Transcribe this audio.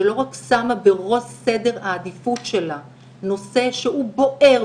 שלא רק שמה בראש סדר העדיפות שלה נושא שהוא בוער,